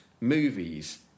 movies